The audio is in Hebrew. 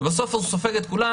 בסוף הוא סופג את כולם,